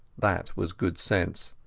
that was good sense,